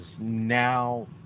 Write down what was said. now